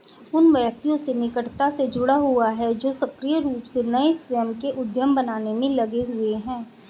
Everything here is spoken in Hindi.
उन व्यक्तियों से निकटता से जुड़ा हुआ है जो सक्रिय रूप से नए स्वयं के उद्यम बनाने में लगे हुए हैं